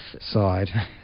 side